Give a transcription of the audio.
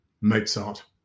Mozart